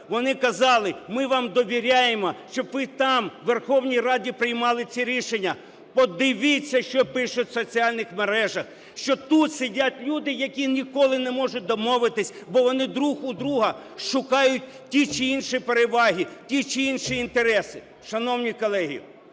вони казали: "Ми вам довіряємо, щоб ви там, в Верховній Раді, приймали ці рішення". Подивіться, що пишуть в соціальних мережах: що тут сидять люди, які ніколи не можуть домовитись, бо вони друг у друга шукають ті чи інші переваги, ті чи інші інтереси. Шановні колеги,